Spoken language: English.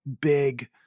big